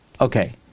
Okay